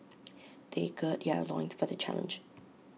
they gird their loins for the challenge